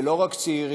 ולא רק צעירים,